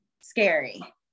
scary